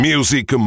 Music